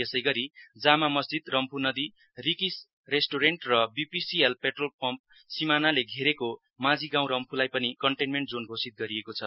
यसैगरी जामा मष्जिद रम्फू नदी रिकिस रेस्ट्रेन्ट र बीपीसिएल पेट्रोल पम्पको सिमानाले घेरेको माझिगाउँ रम्फूलाई पनि कन्टेन्मेण्ट जोन घोषित गरिएको छ